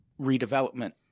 redevelopment